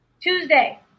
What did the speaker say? Tuesday